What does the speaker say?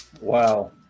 Wow